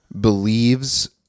believes